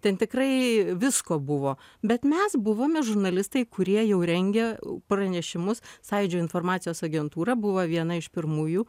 ten tikrai visko buvo bet mes buvome žurnalistai kurie jau rengia pranešimus sąjūdžio informacijos agentūra buvo viena iš pirmųjų